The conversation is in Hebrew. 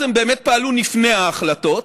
אז הם באמת פעלו לפני ההחלטות,